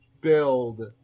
build